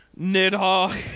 Nidhogg